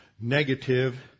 negative